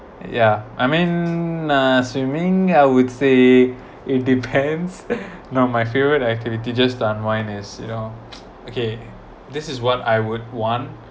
yeah I mean no swimming I would say it depends no my favourite activity just unwind is you know okay this is what I would one